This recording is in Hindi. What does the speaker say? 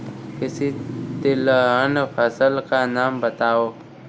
किसी तिलहन फसल का नाम बताओ